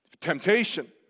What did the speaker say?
temptation